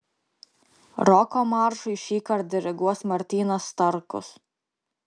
roko maršui šįkart diriguos martynas starkus